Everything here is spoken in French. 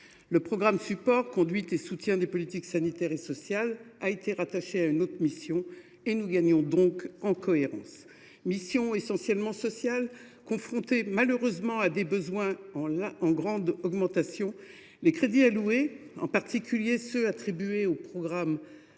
programme 124 « Conduite et soutien des politiques sanitaires et sociales » a été rattaché à une autre mission et nous gagnons en cohérence. Cette mission essentiellement sociale est confrontée, malheureusement, à des besoins en augmentation et les crédits alloués, en particulier ceux qui sont attribués au programme 304